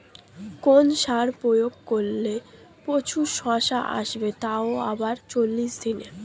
কোন সার প্রয়োগ করলে প্রচুর শশা আসবে তাও আবার চল্লিশ দিনে?